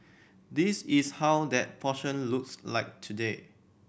this is how that portion looks like today